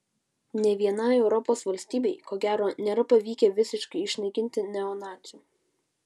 nė vienai europos valstybei ko gero nėra pavykę visiškai išnaikinti neonacių